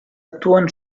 actuen